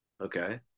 okay